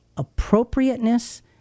appropriateness